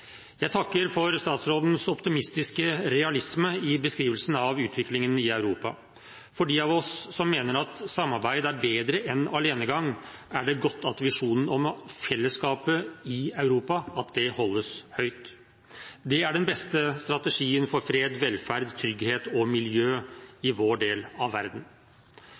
Jeg takker for statsrådens optimistiske realisme i beskrivelsen av utviklingen i Europa. For de av oss som mener at samarbeid er bedre enn alenegang, er det godt at visjonen om fellesskapet i Europa holdes høyt. Det er den beste strategien for fred, velferd, trygghet og miljø i vår del av verden.